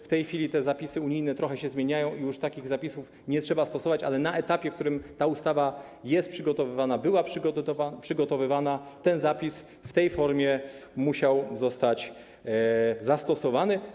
W tej chwili te zapisy unijne trochę się zmieniają i już takich zapisów nie trzeba stosować, ale na etapie, na którym ta ustawa jest przygotowywana, była przygotowywana, ten zapis w tej formie musiał zostać zastosowany.